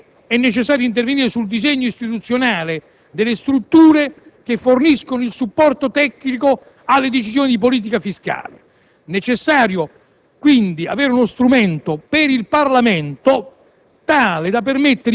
La mia proposta è che è necessario intervenire sul disegno istituzionale delle strutture che forniscono il supporto tecnico alle decisioni di politica fiscale; è necessario quindi avere uno strumento per il Parlamento